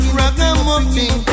ragamuffin